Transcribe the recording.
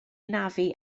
anafu